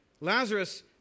Lazarus